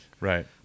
Right